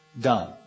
done